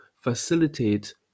facilitate